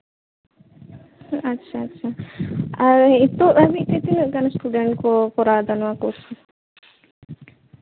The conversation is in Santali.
ᱟᱪᱪᱷᱟ ᱟᱪᱪᱷᱟ ᱟᱨ ᱱᱤᱛᱚᱜ ᱦᱟᱹᱨᱤᱡ ᱛᱮ ᱛᱤᱱᱟᱹᱜ ᱜᱟᱱ ᱤᱥᱴᱩᱰᱮᱱᱴ ᱠᱚ ᱠᱚᱨᱟᱣᱫᱟ ᱱᱚᱣᱟ ᱠᱳᱨᱥ ᱫᱚ